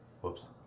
Whoops